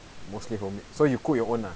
mostly homemade so you cook your own ah